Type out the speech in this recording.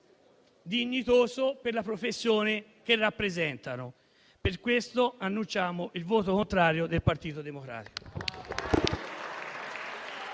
dignitoso per la professione che rappresentano. Per questo annunciamo il voto contrario del Partito Democratico.